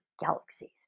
galaxies